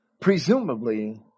presumably